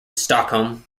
stockholm